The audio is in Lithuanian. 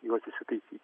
juos išsitaisyti